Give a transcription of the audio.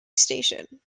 station